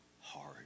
hard